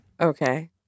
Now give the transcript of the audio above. Okay